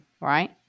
Right